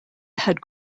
had